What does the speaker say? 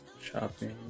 shopping